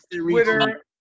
Twitter